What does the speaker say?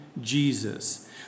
Jesus